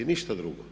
Ništa drugo.